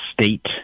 State